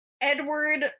edward